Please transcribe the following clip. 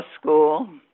school